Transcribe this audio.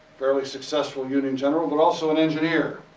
fairly successful union general, but also an engineer.